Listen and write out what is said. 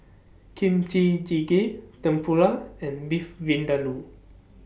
Kimchi Jjigae Tempura and Beef Vindaloo